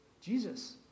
Jesus